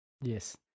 Yes